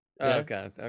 Okay